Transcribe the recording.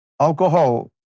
alcohol